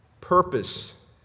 purpose